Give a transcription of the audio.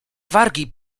wargi